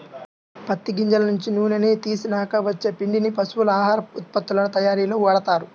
పత్తి గింజల నుంచి నూనెని తీసినాక వచ్చే పిండిని పశువుల ఆహార ఉత్పత్తుల తయ్యారీలో వాడతారు